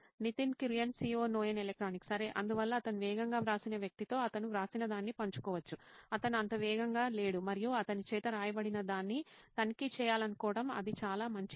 Nitin Kurian COO నోయిన్ electronics సరే అందువల్ల అతను వేగంగా వ్రాసిన వ్యక్తితో అతను వ్రాసినదాన్ని పంచుకోవచ్చు అతను అంత వేగంగా లేడు మరియు అతని చేత రాయబడినదాన్ని తనిఖీ చేయాలనుకోవటం అది చాలా మంచి ఎంపిక